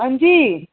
हां जी